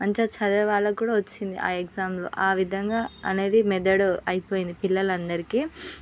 మంచిగా చదివే వాళ్ళకు కూడా వచ్చింది ఆ ఎగ్జామ్లో ఆ విధంగా అనేది మెదడు అయిపోయింది పిల్లలందరికీ